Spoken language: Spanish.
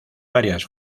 varias